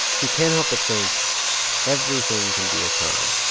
he can't help but think everything can be a con.